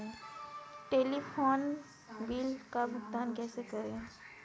Telephone bill का भुगतान कैसे करें?